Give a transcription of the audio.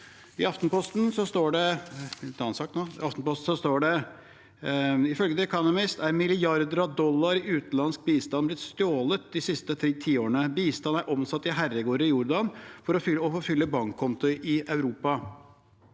I Aftenposten står det: «Ifølge The Economist er «milliarder av dollar i utenlandsk bistand» blitt stjålet de siste tre tiårene». Bistand er omsatt i «herregårder i Jordan og for å fylle bankkontoer i Europa».»